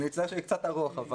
אני מצטער שאני קצת ארוך.